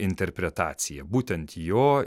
interpretaciją būtent jo